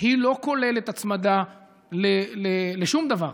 על הנייר, והיא לא כוללת הצמדה לשום דבר.